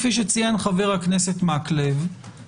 כפי שציין חבר הכנסת מקלב,